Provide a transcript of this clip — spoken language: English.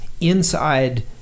inside